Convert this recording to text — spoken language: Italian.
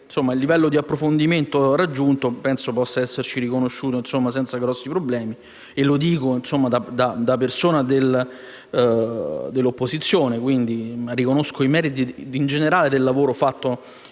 il livello di approfondimento raggiunto possa esserci riconosciuto senza grossi problemi, e lo dico da persona dell'opposizione che riconosce i meriti in generale del lavoro